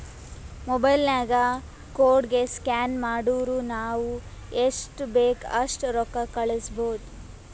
mobile ನಾಗ್ ಕೋಡ್ಗ scan ಮಾಡುರ್ ನಾವ್ ಎಸ್ಟ್ ಬೇಕ್ ಅಸ್ಟ್ ರೊಕ್ಕಾ ಕಳುಸ್ಬೋದ್